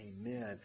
amen